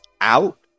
out